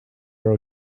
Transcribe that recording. are